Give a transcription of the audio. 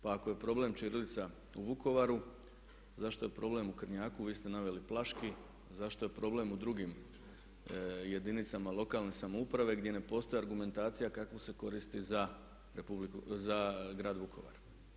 Pa ako je problem ćirilica u Vukovaru zašto je problem u Krnjaku, vi ste naveli Plaški, zašto je problem u drugim jedinicama lokalne samouprave gdje ne postoji argumentacija kakvu se koristi za grad Vukovar.